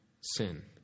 sin